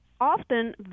often